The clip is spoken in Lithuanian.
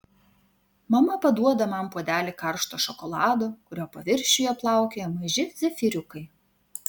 mama paduoda man puodelį karšto šokolado kurio paviršiuje plaukioja maži zefyriukai